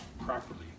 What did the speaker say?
properly